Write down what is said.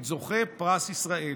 את זוכה פרס ישראל,